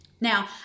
Now